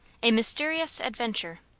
a mysterious adventure.